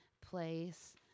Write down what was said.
place